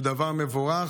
זה דבר מבורך.